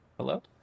Hello